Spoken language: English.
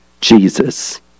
Jesus